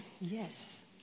Yes